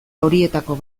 horietako